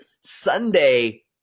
Sunday